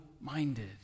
minded